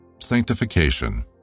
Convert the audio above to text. Sanctification